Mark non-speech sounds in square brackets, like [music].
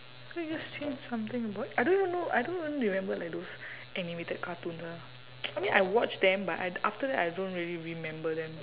can't you just change something about I don't even know I don't even remember like those animated cartoons ah [noise] I mean I watch them but I after that I don't really remember them